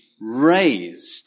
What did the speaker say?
raised